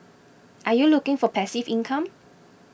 are you looking for passive income